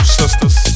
sisters